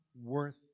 worth